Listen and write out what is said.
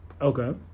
Okay